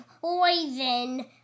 poison